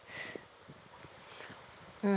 mm